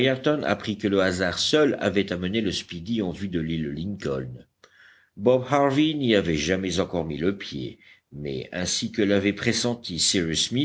apprit que le hasard seul avait amené le speedy en vue de l'île lincoln bob harvey n'y avait jamais encore mis le pied mais ainsi que l'avait pressenti